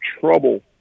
trouble